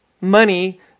money